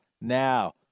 now